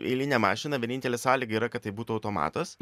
eilinę mašiną vienintelė sąlyga yra kad tai būtų automatas